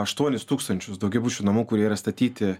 aštuonis tūkstančius daugiabučių namų kurie yra statyti